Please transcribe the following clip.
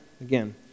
again